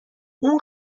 اون